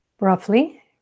roughly